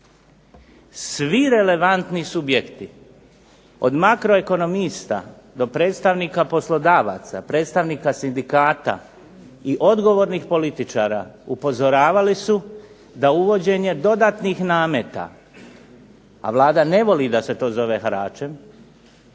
Svi relevantni subjekti, od makroekonomista do predstavnika poslodavaca, predstavnika sindikata i odgovornih političara upozoravali su da uvođenje dodatnih nameta, a Vlada ne voli da se to zove haračem,